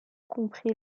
compris